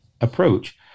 approach